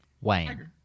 Wayne